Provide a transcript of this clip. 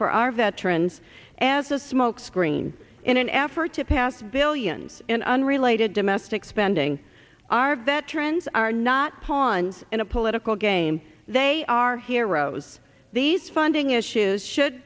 for our veterans and the smoke screen in an effort to pass billions in unrelated domestic spending our veterans are not pawns in a political game they are heroes these funding issues should